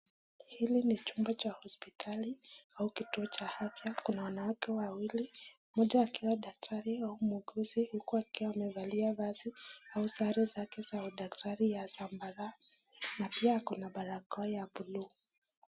Hili ni chumba cha hosiptali au kituo cha afya, kuna wanawake wawili, mmoja akiwa daktari au muuguzi huku akiwa amevalia vazi au sare zake ya udaktari ya zambarau na pia ako na barakoa ya buluu.